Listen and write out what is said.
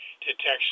detection